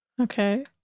Okay